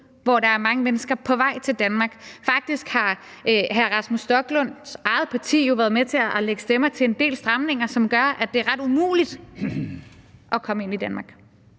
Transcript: hvor der er mange mennesker på vej til Danmark. Faktisk har hr. Rasmus Stoklunds eget parti jo været med til at lægge stemmer til en del stramninger, som gør, at det er ret umuligt at komme ind i Danmark.